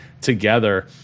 together